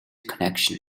connection